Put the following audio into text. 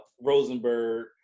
Rosenberg